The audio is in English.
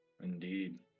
Indeed